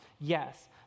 Yes